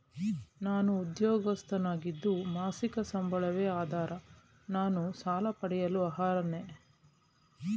ನಾನು ಉದ್ಯೋಗಸ್ಥನಾಗಿದ್ದು ಮಾಸಿಕ ಸಂಬಳವೇ ಆಧಾರ ನಾನು ಸಾಲ ಪಡೆಯಲು ಅರ್ಹನೇ?